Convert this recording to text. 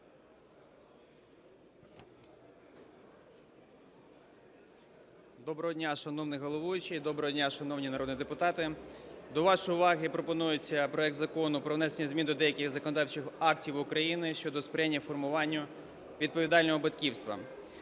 Доброго дня, шановний головуючий. Доброго дня, шановні народні депутати. До вашої уваги пропонується проект Закону про внесення змін до деяких законодавчих актів України щодо сприяння формуванню відповідального батьківства.